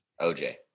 OJ